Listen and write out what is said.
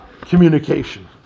communication